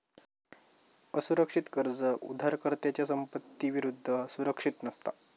असुरक्षित कर्ज उधारकर्त्याच्या संपत्ती विरुद्ध सुरक्षित नसता